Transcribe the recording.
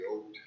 Old